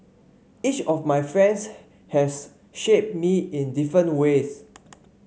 each of my friends has shaped me in different ways